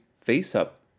face-up